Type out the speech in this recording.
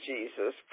Jesus